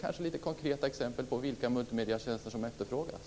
Kanske några konkreta exempel på vilka multimedietjänster som efterfrågas.